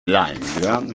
limegrön